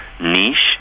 niche